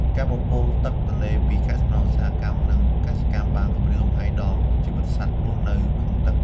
ការបំពុលទឹកទន្លេពី កាកសំណល់ឧស្សាហកម្ម និងកសិកម្មបានគំរាមកំហែងដល់ជីវិតសត្វរស់នៅក្នុងទឹក។